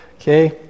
Okay